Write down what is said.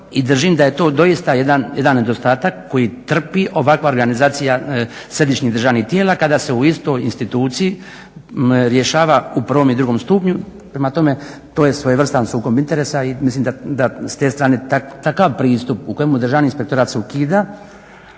i držim da je to doista jedan nedostatak koji trpi ovakva organizacija središnjih državnih tijela kada se u istoj instituciji rješava u prvom i drugom stupnju. Prema tome, to je svojevrstan sukob interesa i mislim da s te strane takav pristup u kojemu Državni inspektorat se ukida